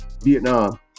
Vietnam